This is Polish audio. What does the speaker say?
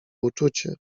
uczucie